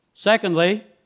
Secondly